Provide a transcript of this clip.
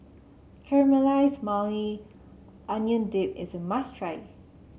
Caramelize Maui Onion Dip is a must try